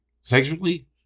Sexually